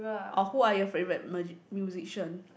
or who are your favourite magic musician